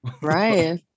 Right